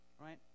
Right